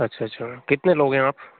अच्छा अच्छा कितने लोग हैं आप